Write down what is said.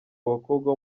abakobwa